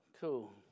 cool